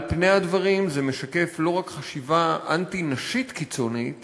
על פני הדברים זה משקף לא רק חשיבה אנטי-נשית קיצונית